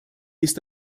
ist